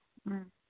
ꯎꯝ